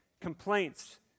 complaints